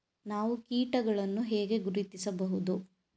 ನಾವು ಕೀಟಗಳನ್ನು ಹೇಗೆ ಗುರುತಿಸಬಹುದು?